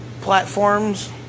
Platforms